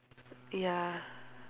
ya